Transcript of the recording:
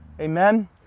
Amen